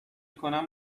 کنم